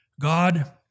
God